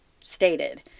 stated